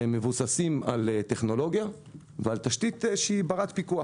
הם מבוססים על טכנולוגיה ועל תשתית שהיא ברת פיקוח.